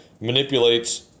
manipulates